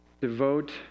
devote